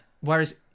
whereas